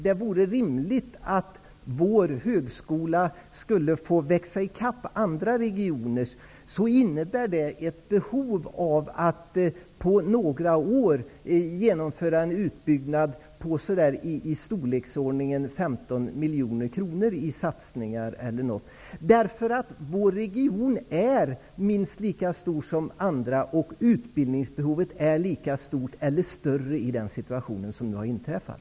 Det vore rimligt att vår högskola fick möjlighet att växa i kapp andra regioners högskolor. Det innebär ett behov av att under det kommande året satsa på att genomföra en utbyggnad i storleksordningen 15 miljoner kronor. Vår region är minst lika stor som andra regioner, och utbildningsbehovet är också lika stort -- eller större i den situation som nu råder.